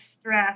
stress